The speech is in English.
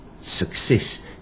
success